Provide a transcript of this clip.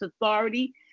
authority